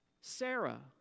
Sarah